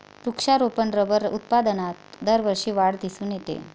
वृक्षारोपण रबर उत्पादनात दरवर्षी वाढ दिसून येते